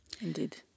Indeed